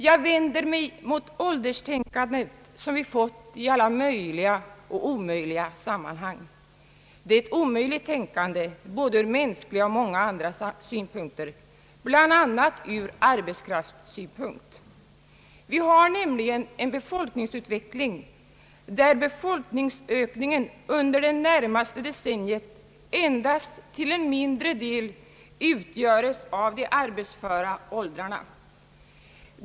Jag vänder mig mot ålderstänkandet som vi fått i alla möjliga och omöjliga sammanhang, det är ett omöjligt tänkande ur både mänskliga och många andra synpunkter, bl.a. ur arbetskraftssynpunkt. Vi har nämligen en befolkningsutveckling, där befolkningsökningen under det närmaste decenniet endast till en mindre del utgörs av människor i de arbetsföra åldrarna.